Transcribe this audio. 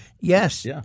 yes